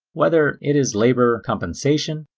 whether it is labor compensation,